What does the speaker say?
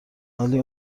ولی